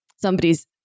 somebody's